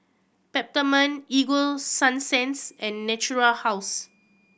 Peptamen Ego Sunsense and Natura House